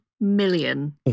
million